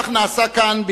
כך נעשה כאן,